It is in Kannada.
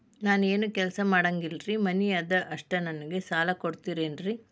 ನಾನು ಏನು ಕೆಲಸ ಮಾಡಂಗಿಲ್ರಿ ಮನಿ ಅದ ಅಷ್ಟ ನನಗೆ ಸಾಲ ಕೊಡ್ತಿರೇನ್ರಿ?